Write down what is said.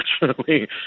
unfortunately